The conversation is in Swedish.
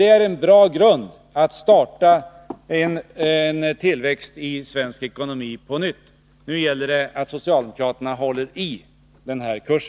Det är en bra grund för att på nytt starta en tillväxt i svensk ekonomi. Nu gäller det att socialdemokraterna håller denna kurs.